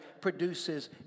produces